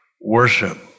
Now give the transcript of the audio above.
worship